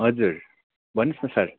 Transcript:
हजुर भन्नुहोस् न सर